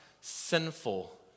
sinful